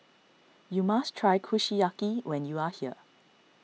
you must try Kushiyaki when you are here